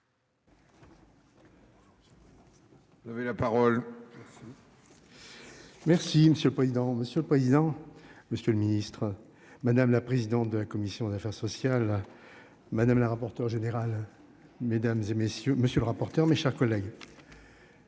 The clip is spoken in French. Vous la parole. La Suisse. Merci monsieur le président, monsieur le président. Monsieur le Ministre, madame la présidente de la commission des affaires sociales. Madame la rapporteure générale. Mesdames et messieurs, monsieur le rapporteur. Mes chers collègues.